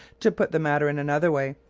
to put the matter in another way,